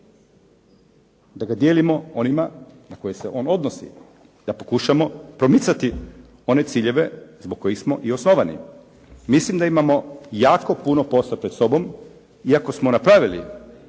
Da ga dijelimo onima na koje se on odnosi. Da pokušamo promicati one ciljeve zbog kojih smo i osnovani. Mislim da imamo jako puno posla pred sobom, iako smo napravili,